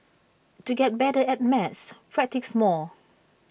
to get better at maths practise more